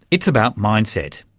it's about mindset.